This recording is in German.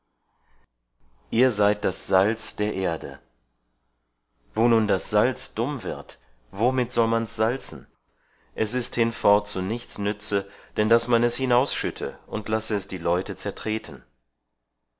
ihr seid das salz der erde wo nun das salz dumm wird womit soll man's salzen es ist hinfort zu nichts nütze denn das man es hinausschütte und lasse es die leute zertreten